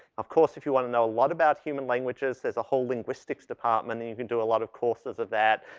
of course if you wanna know a lot about human languages, there's a whole linguistics department and you can do a lot of courses of that.